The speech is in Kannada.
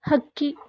ಹಕ್ಕಿ